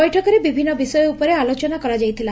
ବୈଠକରେ ବିଭିନ୍ନ ବିଷୟ ଉପରେ ଆଲୋଚନା କରାଯାଇଥିଲା